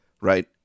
right